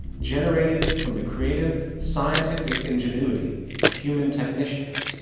generated from the creative scientific ingenuity of human technicians.